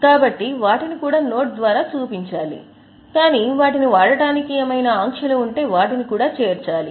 కాబట్టి వాటిని కూడా నోట్ ద్వారా చూపించాలి కాని వాటిని వాడటానికి ఏమైనా ఆంక్షలు ఉంటే వాటిని కూడా చర్చించాలి